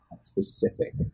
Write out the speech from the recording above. specific